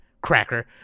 cracker